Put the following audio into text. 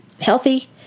healthy